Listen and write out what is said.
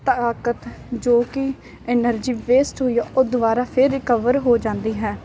ਤਾਕਤ ਜੋ ਕਿ ਐਨਰਜੀ ਬੇਸਟ ਹੋਈ ਆ ਉਹ ਦੁਬਾਰਾ ਫਿਰ ਰਿਕਵਰ ਹੋ ਜਾਂਦੀ ਹੈ